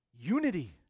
Unity